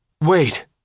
Wait